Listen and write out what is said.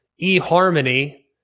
eHarmony